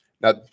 Now